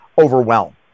overwhelm